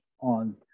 on